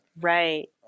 Right